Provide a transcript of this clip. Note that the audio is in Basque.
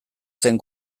zen